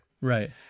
right